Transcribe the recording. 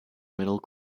middle